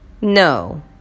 No